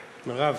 מירב,